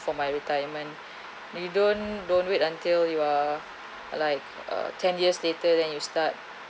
for my retirement we don't don't wait until you are like err ten years later then you start